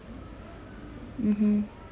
mmhmm